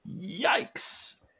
Yikes